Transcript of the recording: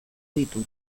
ditu